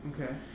Okay